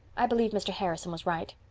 i believe mr. harrison was right.